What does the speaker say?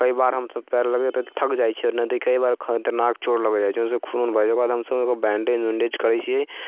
कइ बार हम सभ पयर लगैत अछि थकि जाइ छी कइ बार खतरनाक चोट लागि जाइ छै ओहिसँ खून बहै छै ओकर बाद हम सभ बैन्डैज वेन्डज करै छियै